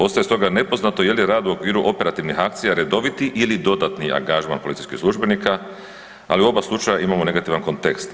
Ostaje stoga nepoznato je li rad u okviru operativnih akcija redoviti ili dodatni angažman policijskih službenika, ali u oba slučaja imamo negativan kontekst.